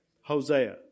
Hosea